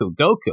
Goku